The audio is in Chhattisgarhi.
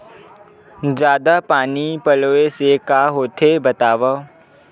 जादा पानी पलोय से का होथे बतावव?